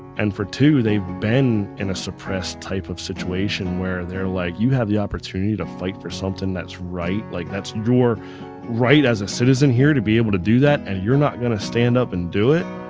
and for two, they've been in a suppressed type of situation where they're like you have the opportunity to fight for something that's right like that's your right as a citizen here to be able to do that. and you're not going to stand up and do it.